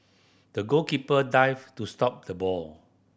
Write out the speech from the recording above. the goalkeeper dived to stop the ball